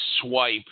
swipe